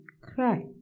Cry